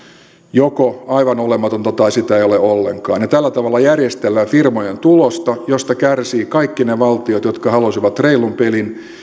joko aivan olematonta tai sitä ei ole ollenkaan ja tällä tavalla järjestellään firmojen tulosta mistä kärsivät kaikki ne valtiot jotka haluaisivat reilun pelin